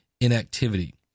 inactivity